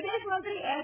વિદેશમંત્રી એસ